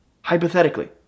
hypothetically